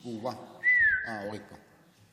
אה, אורית כאן.